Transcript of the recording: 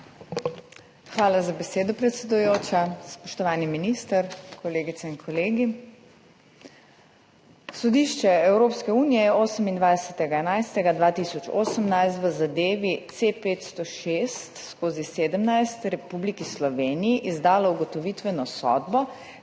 Hvala za besedo, predsedujoča. Spoštovani minister, kolegice in kolegi! Sodišče Evropske unije je 28. 11. 2018 v zadevi C-506/17 Republiki Sloveniji izdalo ugotovitveno sodbo